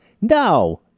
No